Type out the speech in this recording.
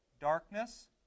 darkness